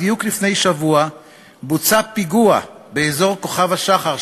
בעוטף-עזה, ובנימין נתניהו, אשר כזכור,